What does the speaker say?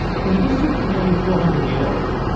from a distance of nearly four hundred years,